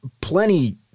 plenty